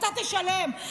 אתה תשלם.